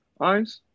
eyes